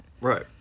Right